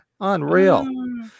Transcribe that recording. unreal